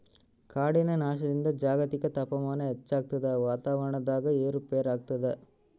ಕಾಡಿನ ನಾಶದಿಂದ ಜಾಗತಿಕ ತಾಪಮಾನ ಹೆಚ್ಚಾಗ್ತದ ವಾತಾವರಣದಾಗ ಏರು ಪೇರಾಗ್ತದ